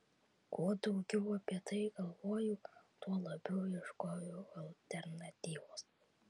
kuo daugiau apie tai galvojau tuo labiau ieškojau alternatyvos